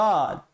God